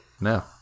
No